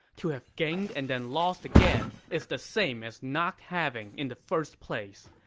to have gained and then lost again is the same as not having in the first place.